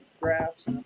graphs